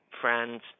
friends